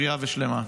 בריאה ושלמה.